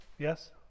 Yes